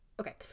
Okay